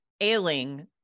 ailing